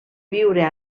viure